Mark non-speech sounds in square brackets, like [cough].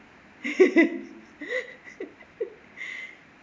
[laughs]